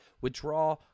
withdraw